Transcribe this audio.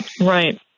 Right